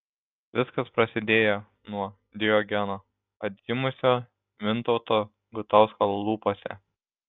viskas prasidėjo nuo diogeno atgimusio mintauto gutausko lūpose